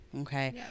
okay